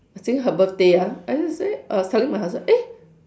I think her birthday ah I just say uh I was telling my husband eh